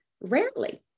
rarely